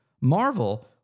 Marvel